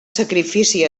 sacrifici